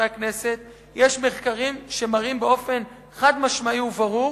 יש מחקרים שמראים באופן חד-משמעי וברור